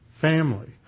family